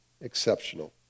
exceptional